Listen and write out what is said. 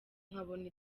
nkabona